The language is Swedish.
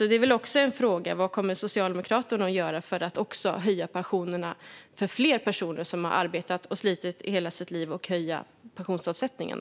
Det är också en fråga: Vad kommer Socialdemokraterna att göra för att höja pensionerna för fler personer som har arbetat och slitit i hela sitt liv och för att höja pensionsavsättningarna?